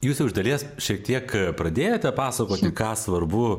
jūs jau iš dalies šiek tiek pradėjote pasakoti ką svarbu